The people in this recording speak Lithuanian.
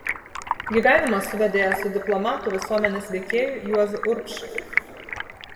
gyvenimas suvedė ją su diplomatu visuomenės veikėju juozu urbšiu